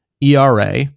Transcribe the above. era